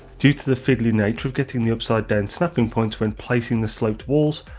due to the fiddly nature of getting the upside down snapping points when placing the sloped walls,